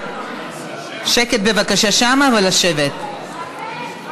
בעד, 31, נגד, 48, אין נמנעים.